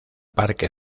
parque